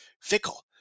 fickle